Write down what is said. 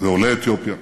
ועולי אתיופיה